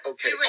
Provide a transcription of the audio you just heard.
Okay